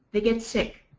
they get sick.